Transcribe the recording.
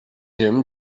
him